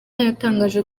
yatangaje